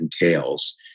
entails